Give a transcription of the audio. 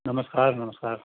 नमस्कार नमस्कार